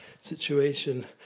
situation